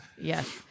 Yes